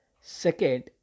Second